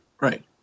Right